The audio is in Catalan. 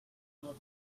del